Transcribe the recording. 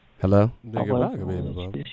Hello